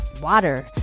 water